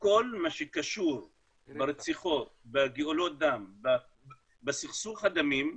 כל מה שקשור ברציחות, בגאולות דם, בסכסוך דמים,